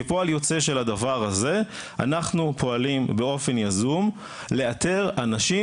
כפועל יוצא של הדבר הזה אנחנו פועלים באופן יזום לאתר אנשים,